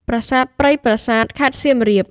ប្រាសាទព្រៃប្រាសាទ ខេត្តសៀមរាប។